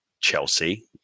Chelsea